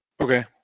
Okay